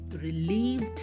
relieved